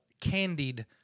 candied